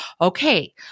Okay